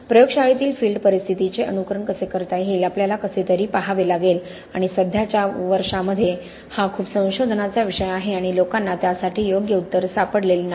प्रयोगशाळेतील फील्ड परिस्थितीचे अनुकरण कसे करता येईल हे आपल्याला कसे तरी पहावे लागेल आणि सध्याच्या वर्षांमध्ये हा खूप संशोधनाचा विषय आहे आणि लोकांना त्यासाठी योग्य उत्तर सापडलेले नाही